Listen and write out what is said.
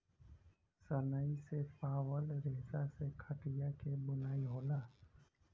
सनई से पावल रेसा से खटिया क बुनाई होला